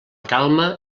calma